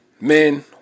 men